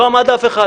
לא עמד אף אחד.